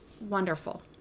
wonderful